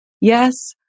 Yes